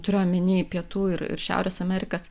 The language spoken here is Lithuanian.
turiu omeny pietų ir šiaurės amerikas